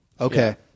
Okay